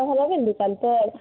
आहाँ रहबै ने दुकान पर